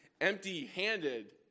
empty-handed